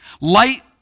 Light